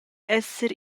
esser